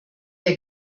der